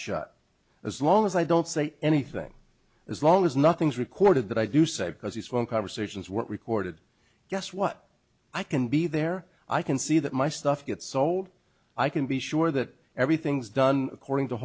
shut as long as i don't say anything as long as nothing's recorded that i do say because these phone conversations were recorded just what i can be there i can see that my stuff gets sold i can be sure that everything's done according to